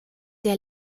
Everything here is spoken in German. der